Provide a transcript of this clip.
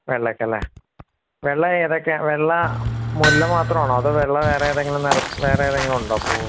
വെള്ളക്ക് അല്ലെ വെള്ള ഏതൊക്കെയാണ് വെള്ള മുല്ല മാത്രമാണോ അതോ വെള്ള വേറെയേതെങ്കിലും വേറെയേതെങ്കിലുമുണ്ടോ പൂ